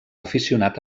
aficionat